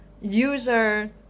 user